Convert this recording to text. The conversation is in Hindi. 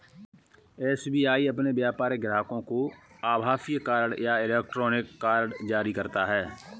एस.बी.आई अपने व्यापारिक ग्राहकों को आभासीय कार्ड या इलेक्ट्रॉनिक कार्ड जारी करता है